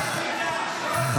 כל הכבוד לך.